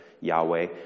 Yahweh